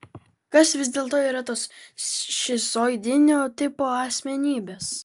kas vis dėlto yra tos šizoidinio tipo asmenybės